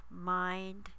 mind